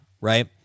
right